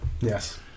Yes